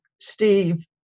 Steve